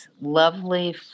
lovely